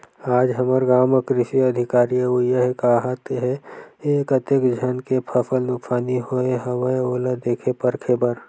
आज हमर गाँव म कृषि अधिकारी अवइया हे काहत हे, कतेक झन के फसल नुकसानी होय हवय ओला देखे परखे बर